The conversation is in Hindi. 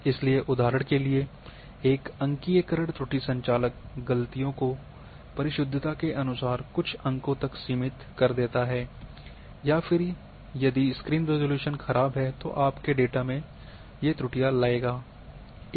इसलिए उदाहरण के लिए एक अंकीयकरण त्रुटि संचालक गलतियों को परिशुद्धता के अनुसार कुछ अंकों तक सीमित कर देता है या फिर यदि स्क्रीन रिज़ॉल्यूशन खराब है तो ये आपके डेटा में त्रुटियां लाएंगे